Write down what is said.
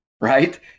right